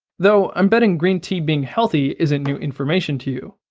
though, i'm betting green tea being healthy isn't new information to you.